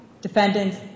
Defendant's